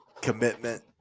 commitment